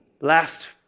last